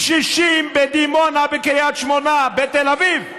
קשישים בדימונה, בקריית שמונה, בתל אביב.